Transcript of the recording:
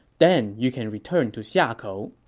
then you can return to xiakou.